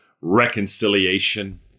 reconciliation